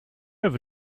ever